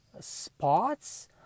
spots